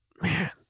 man